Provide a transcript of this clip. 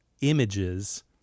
images